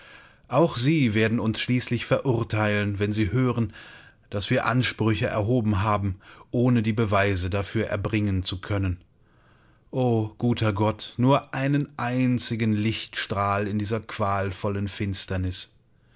auch sie werden uns schließlich verurteilen wenn sie hören daß wir ansprüche erhoben haben ohne die beweise dafür erbringen zu können o guter gott nur einen einzigen lichtstrahl in dieser qualvollen finsternis